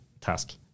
task